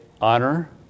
honor